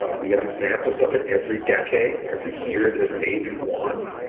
ah we have examples of it every decade. every year there's maybe one.